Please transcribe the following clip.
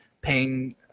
paying